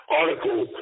article